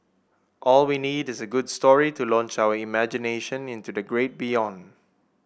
all we need is a good story to launch our imagination into the great beyond